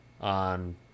on